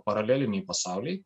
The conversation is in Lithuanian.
paraleliniai pasauliai